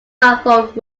hartford